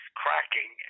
cracking